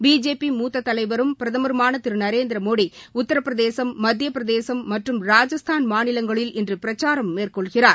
BJP மூத்த தலைவரும் பிரதமருமான திரு நரேந்திரமோடி உத்தரப்பிரதேசம் மத்திய பிரதேசம் மற்றும் ராஜஸ்தான் மாநிலங்களில் இன்று பிரச்சாரம் மேற்கொள்கிறார்